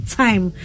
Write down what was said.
time